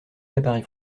l’appareil